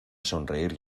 sonreír